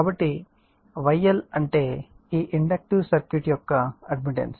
కాబట్టి YL అంటే ఈ ఇండక్టివ్ సర్క్యూట్ యొక్క అడ్మిటెన్స్